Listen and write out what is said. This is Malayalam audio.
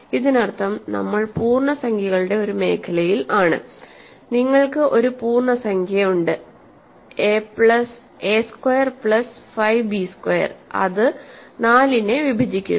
ഇതിനർത്ഥം നമ്മൾ പൂർണ്ണസംഖ്യകളുടെ ഒരു മേഖലയിൽ ആണ് നിങ്ങൾക്ക് ഒരു പൂർണ്ണസംഖ്യയുണ്ട്എ സ്ക്വയർ പ്ലസ് 5 ബി സ്ക്വയർ അത് 4 നെ വിഭജിക്കുന്നു